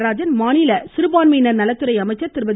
நடராஜன் மாநில சிறுபான்மையினர் நலத்துறை அமைச்சர் திருமதி